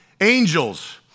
angels